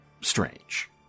strange